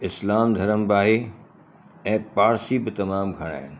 इस्लाम धर्म बि आहे ऐं पारसी बि तमामु घणा आहिनि